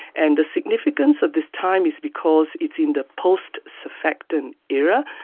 and the significance of this time is because it's in the post-surfactant era.